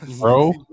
Bro